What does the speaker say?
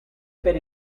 per